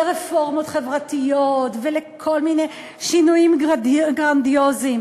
לרפורמות חברתיות ולכל מיני שינויים גרנדיוזיים.